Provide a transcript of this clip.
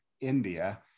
India